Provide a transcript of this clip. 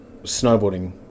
snowboarding